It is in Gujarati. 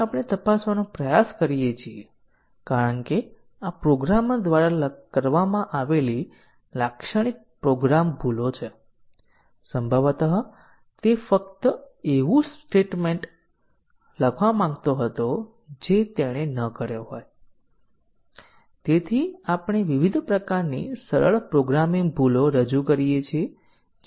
પછી આપણે બ્રાંચ અને ડીસીઝન કવરેજ પર જોયું આપણે બેઝીક શરત કવરેજ પર જોયું આપણે ડીસીઝન કવરેજ સાથે બેઝીક કન્ડીશન તરફ જોયું આપણે મલ્ટીપલ શરતો કવરેજ MCDC કવરેજ અને પાથ કવરેજ જોયું